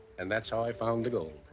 and that's how i found the gold.